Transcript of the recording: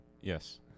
Yes